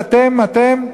"אתם", "אתם".